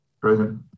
Present